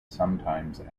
sometimes